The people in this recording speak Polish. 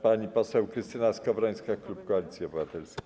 Pani poseł Krystyna Skowrońska, klub Koalicji Obywatelskiej.